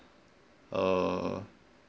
err